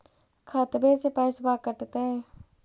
खतबे से पैसबा कटतय?